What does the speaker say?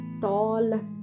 tall